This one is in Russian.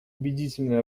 убедительные